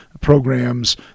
programs